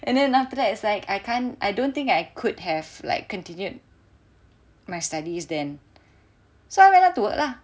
and then after that it's like I can't I don't think I could have like continued my studies then so I went out to work lah